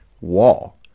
wall